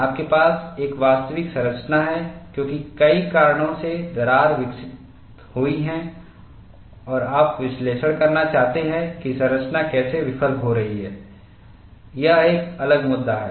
आपके पास एक वास्तविक संरचना है क्योंकि कई कारणों से दरारें विकसित हुई हैं और आप विश्लेषण करना चाहते हैं कि संरचना कैसे विफल हो रही है यह एक अलग मुद्दा है